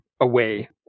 away